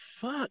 fuck